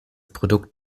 produkt